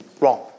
wrong